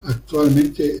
actualmente